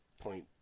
point